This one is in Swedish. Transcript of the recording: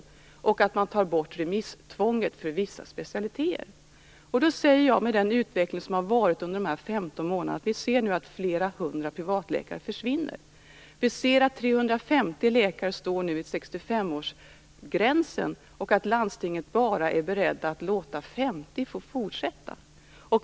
Dessutom tar man också bort remisstvånget för vissa specialiteter. Då säger jag, med den utveckling som har varit under de här 15 månaderna, att vi nu ser att flera hundra privatläkare försvinner. Vi ser att 350 läkare står vid 65-årsgränsen och att man i landstingen bara är beredd att låta 50 fortsätta.